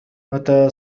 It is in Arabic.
متى